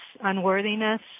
unworthiness